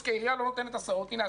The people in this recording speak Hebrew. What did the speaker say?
כי העירייה לא נותנת הסעות הנה,